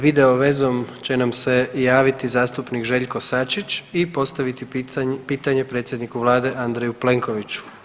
Video vezom će nam se javiti zastupnik Željko Sačić i postaviti pitanje Predsjedniku Vlade Andreju Plenkoviću.